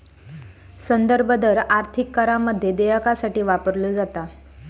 संदर्भ दर आर्थिक करारामध्ये देयकासाठी वापरलो जाता